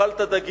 נאכל את הדגים,